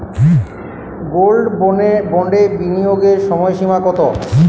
Gold বন্ডে বিনিয়োগের সময়সীমা কতো?